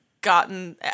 gotten